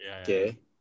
Okay